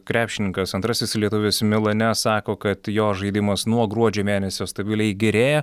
krepšininkas antrasis lietuvis milane sako kad jo žaidimas nuo gruodžio mėnesio stabiliai gerėja